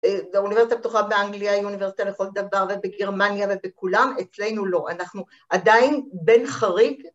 האוניברסיטה הפתוחה באנגליה היא אוניברסיטה לכל דבר ובגרמניה ובכולם, אצלנו לא, אנחנו עדיין בין חריג